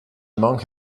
among